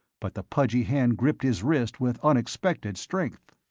but the pudgy hand gripped his wrist with unexpected strength.